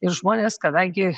ir žmonės kadangi